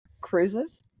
cruises